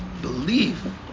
Believe